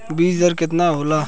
बीज दर केतना होला?